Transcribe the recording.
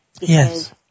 Yes